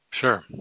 Sure